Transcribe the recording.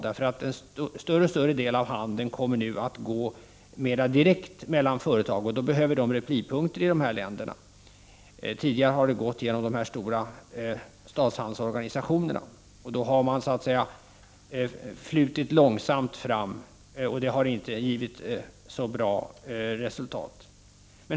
En allt större del av handeln kommer nu att gå mera direkt mellan företag, och de behöver då replipunkter i dessa länder. Tidigare har handeln gått genom de stora statshandelsorganisationerna, och det har flutit långsamt fram och inte givit så bra resultat.